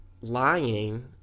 Lying